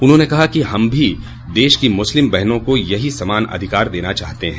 उन्होंने कहा कि हम भी देश की मुस्लिम बहनों को यही समान अधिकार देना चाहते हैं